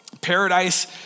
paradise